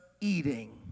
eating